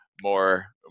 more